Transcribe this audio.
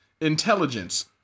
intelligence